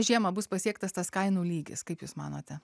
žiemą bus pasiektas tas kainų lygis kaip jūs manote